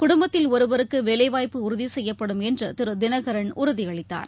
குடும்பத்தில் ஒருவருக்குவேலைவாய்ப்பு உறுதிசெய்யப்படும் என்றுதிருதினகரன் உறுதியளித்தார்